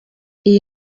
iyi